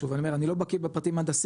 שוב אני אומר אני לא בקי בפרטים ההנדסיים,